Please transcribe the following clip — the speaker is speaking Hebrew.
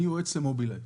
אני יועץ למובילאיי.